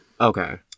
okay